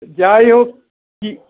যাই হোক কী